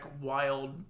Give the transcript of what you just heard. wild